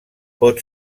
pot